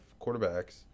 quarterbacks